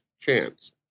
chance